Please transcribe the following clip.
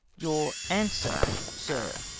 your answer, sir.